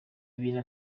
ibintu